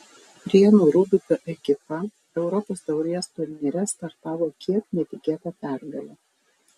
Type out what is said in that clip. prienų rūdupio ekipa europos taurės turnyre startavo kiek netikėta pergale